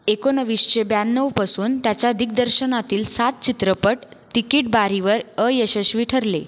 एकोणवीसशे ब्याण्णवपासून त्याच्या दिग्दर्शनातील सात चित्रपट तिकीट बारीवर अयशस्वी ठरले